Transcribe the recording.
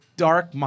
dark